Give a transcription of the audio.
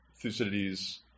thucydides